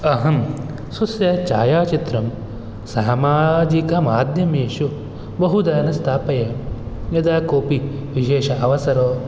अहं स्वस्य छायाचित्रं सामाजिकमाध्यमेषु बहुधा न स्थापयामि यदा कोपि विशेष अवसरो